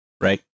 Right